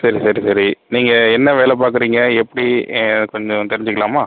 சரி சரி சரி நீங்கள் என்ன வேலை பார்க்குறீங்க எப்டி கொஞ்சம் தெரிஞ்சுக்கலாமா